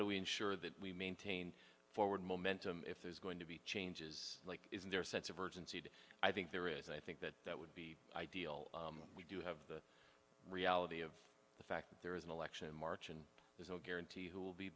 do we ensure that we maintain forward momentum if there's going to be changes like isn't there a sense of urgency that i think there is i think that that would be ideal we do have the reality of the fact that there is an election in march and there's no guarantee who will be